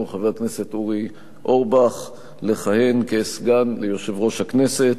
חבר הכנסת אורי אורבך לכהן כסגן ליושב-ראש הכנסת.